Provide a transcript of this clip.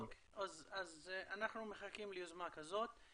אוקיי, אז אנחנו מחכים ליוזמה כזאת.